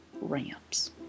Ramps